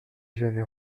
j’avais